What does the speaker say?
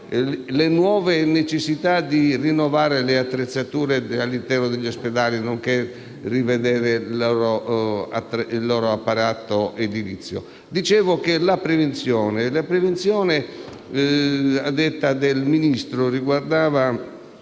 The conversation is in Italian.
la necessità di rinnovare le attrezzature all'interno degli ospedali e di rivedere il loro apparato edilizio. La prevenzione, a detta del Ministro, riguardava